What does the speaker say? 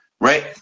right